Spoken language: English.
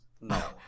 No